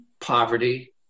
poverty